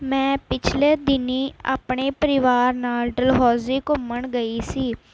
ਮੈਂ ਪਿਛਲੇ ਦਿਨੀਂ ਆਪਣੇ ਪਰਿਵਾਰ ਨਾਲ਼ ਡਲਹੌਜ਼ੀ ਘੁੰਮਣ ਗਈ ਸੀ